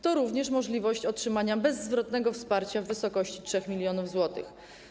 To również możliwość otrzymania bezzwrotnego wsparcia w wysokości 3 mln zł.